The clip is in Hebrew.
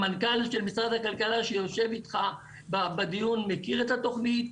המנכ"ל של משרד הכלכלה שיושב אתך בדיון מכיר את התוכנית.